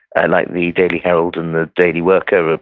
ah like the daily herald and the daily worker, ah